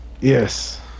yes